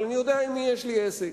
אבל אני יודע עם מי יש לי עסק.